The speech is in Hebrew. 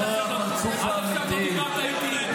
זה הפרצוף האמיתי,